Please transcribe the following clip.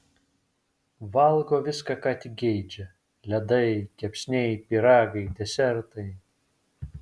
valgo viską ką tik geidžia ledai kepsniai pyragai desertai